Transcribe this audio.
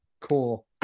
Cool